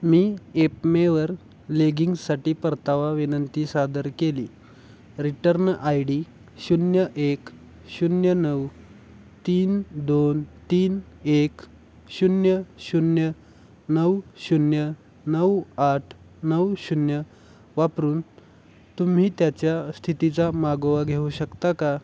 मी एपमेवर लेगिंगसाठी परतावा विनंती सादर केली रिटर्न आय डी शून्य एक शून्य नऊ तीन दोन तीन एक शून्य शून्य नऊ शून्य नऊ आठ नऊ शून्य वापरून तुम्ही त्याच्या स्थितीचा मागोवा घेऊ शकता का